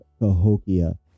Cahokia